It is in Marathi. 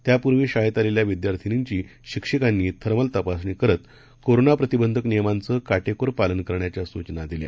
त्यापूर्वीशाळेतआलेल्याविद्यार्थिनींचीशिक्षिकांनीथर्मलतपासणीकरत कोरोनाप्रतिबंधकनियमांचंकाटेकोरपालनकरण्याच्यासूचनादिल्या